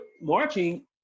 marching